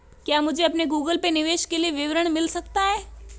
क्या मुझे अपने गूगल पे निवेश के लिए विवरण मिल सकता है?